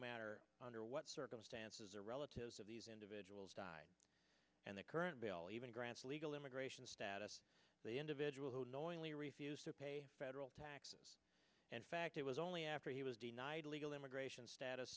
matter under what circumstances or relatives of these individuals died and the current bill even grants legal immigration status the individual who knowingly refused to pay federal taxes and fact it was only after he was denied legal immigration status